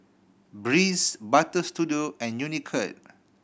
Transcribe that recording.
Breeze Butter Studio and Unicurd